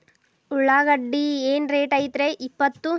ಉಳ್ಳಾಗಡ್ಡಿ ಏನ್ ರೇಟ್ ಐತ್ರೇ ಇಪ್ಪತ್ತು?